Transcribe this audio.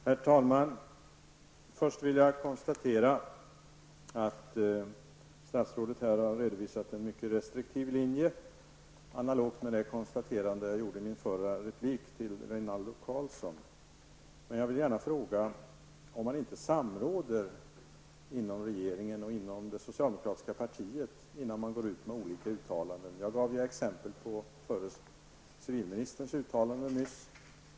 Herr talman! Jag vill först konstatera att statsrådet här har redovisat en mycket restriktiv linje. Detta är analogt med det konstaterande som jag gjorde i min förra replik till Rinaldo Karlsson. Jag vill gärna fråga om man inte samråder inom regeringen och det socialdemokratiska partiet innan man går ut med olika uttalanden. Jag gav förut exempel på civilministerns uttalande nyss.